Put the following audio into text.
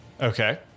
Okay